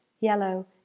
yellow